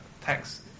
text